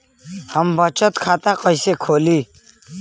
हम बचत खाता कईसे खोली?